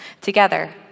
together